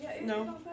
No